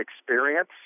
experience